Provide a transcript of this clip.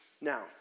Now